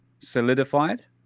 solidified